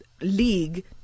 league